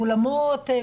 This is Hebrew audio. אולמות,